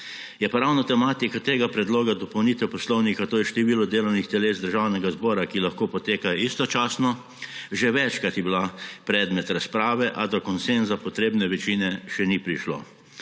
Je pa ravno tematika tega predloga dopolnitev poslovnika, to je število delovnih teles Državnega zbora, ki lahko poteka istočasno, že večkrat bila predmet razprave, a do konsenza potrebne večine še ni prišlo.